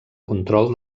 control